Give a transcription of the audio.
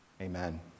amen